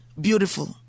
beautiful